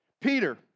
Peter